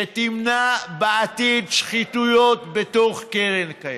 שתמנע בעתיד שחיתויות בתוך הקרן הקיימת.